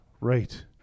Right